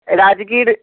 Rajgir